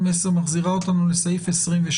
תסתכלו על סעיף